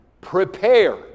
Prepare